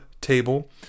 table